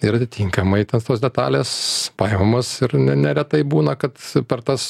ir atitinkamai tos tos detalės paimamos ir ne neretai būna kad per tas